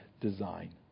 design